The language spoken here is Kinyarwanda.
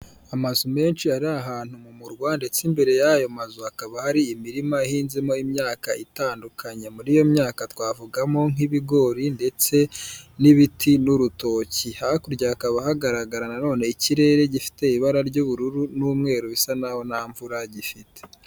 Amazu menshi ari ahantu mu murwa ndetse imbere y'ayo mazu hakaba hari imirima ihinzemo imyaka itandukanye, muri iyo myaka twavugamo nk'ibigori ndetse n'ibiti n'urutoki, hakurya hakaba hagaragara nanone ikirere gifite ibara ry'ubururu n'umweru bisa naho nta mvura gifite.